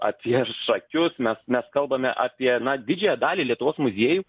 apie šakius mes mes kalbame apie na didžiąją dalį lietuvos muziejų